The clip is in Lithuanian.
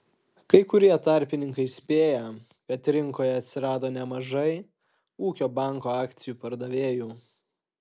kai kurie tarpininkai spėja kad rinkoje atsirado nemažai ūkio banko akcijų pardavėjų